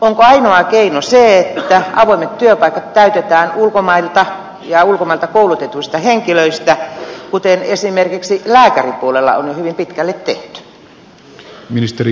onko ainoa keino se että avoimet työpaikat täytetään ulkomailta ja ulkomailla koulutetuista henkilöistä kuten esimerkiksi lääkäripuolella on jo hyvin pitkälle tehty